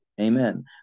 amen